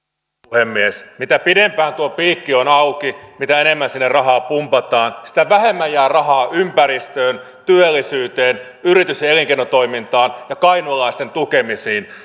puhemies mitä pidempään tuo piikki on auki ja mitä enemmän sinne rahaa pumpataan sitä vähemmän jää rahaa ympäristöön työllisyyteen yritys ja elinkeinotoimintaan ja kainuulaisten tukemisiin